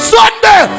Sunday